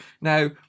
Now